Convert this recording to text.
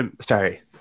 sorry